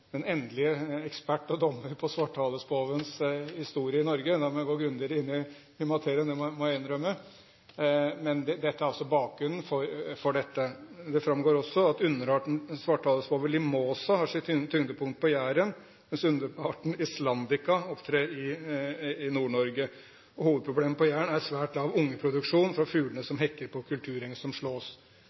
ekspert og dommer på svarthalespovens historie i Norge. Da må jeg gå grundigere inn i materien, det må jeg innrømme, men dette er altså bakgrunnen for det. Det framgår også at underarten svarthalespove limosa har sitt tyngdepunkt på Jæren, mens underarten islandica opptrer i Nord-Norge. Hovedproblemet på Jæren er svært lav ungeproduksjon fra fuglene, som hekker på kulturenger som slås.